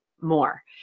more